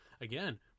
again